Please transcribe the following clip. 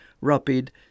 Rapid